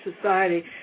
society